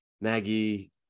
Maggie